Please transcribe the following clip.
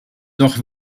doch